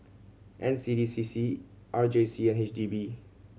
N C D C C R J C and H D B